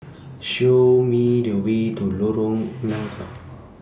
Show Me The Way to Lorong Nangka